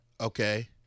Okay